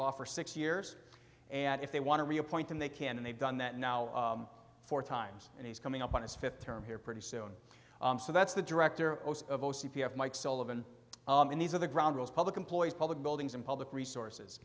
law for six years and if they want to reappoint him they can and they've done that now four times and he's coming up on his th term here pretty soon so that's the director of o c p f mike sullivan and these are the ground rules public employees public buildings and public resources